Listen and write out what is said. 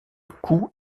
cou